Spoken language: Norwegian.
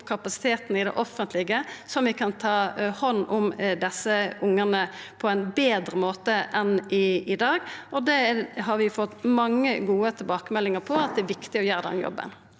kapasiteten i det offentlege, så vi kan ta hand om desse ungane på ein betre måte enn i dag, og vi har fått mange gode tilbakemeldingar på at det er viktig å gjera den jobben.